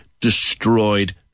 destroyed